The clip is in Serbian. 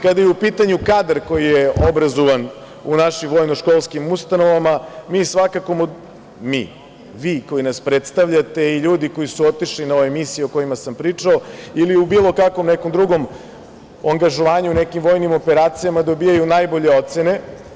Kada je u pitanju kadar koji je obrazovan u našim vojno-školskim ustanovama mi svakako, vi koji nas predstavljate i ljudi koji su otišli na ove misije o kojima sam pričao ili u bilo kakvom nekom drugom angažovanju, u nekim vojnim operacijama dobijaju najbolje ocene.